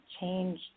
change